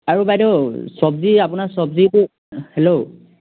আৰু বাইদেউ চব্জি আপোনাৰ চব্জিটো হেল্ল'